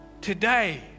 today